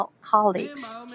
colleagues